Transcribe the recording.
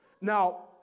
Now